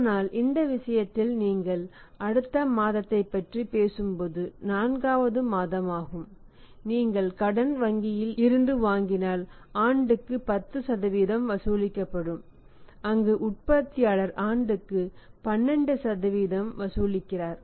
ஆனால் இந்த விஷயத்தில் நீங்கள் அடுத்த மாதத்தைப் பற்றி பேசும்போது 4 வது மாதமாகும் நீங்கள்கடன் வங்கியில் இருந்துவாங்கினால் ஆண்டுக்கு 10 வசூலிக்கப்படும் அங்கு உற்பத்தியாளர் ஆண்டுக்கு 12 வசூலிக்கிறார்